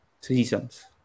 seasons